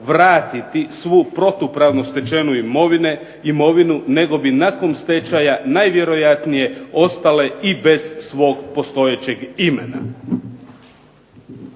vratiti svu protupravnu stečenu imovinu, nego bi nakon stečaja najvjerojatnije ostale i bez svog postojećeg imena.